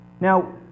Now